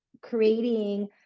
creating